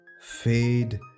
fade